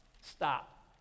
stop